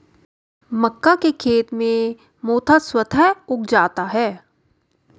मक्का के खेत में मोथा स्वतः उग जाता है